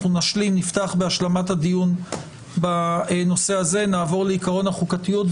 אנחנו נפתח בהשלמת הדיון בנושא הזה; נעבור לעקרון החוקתיות,